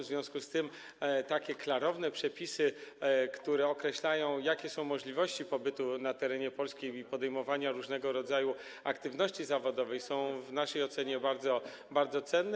W związku z tym takie klarowne przepisy, które określają, jakie są możliwości pobytu na terenie Polski i podejmowania różnego rodzaju aktywności zawodowej, są w naszej ocenie bardzo, bardzo cenne.